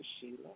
Sheila